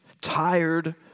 tired